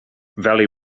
valley